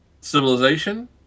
Civilization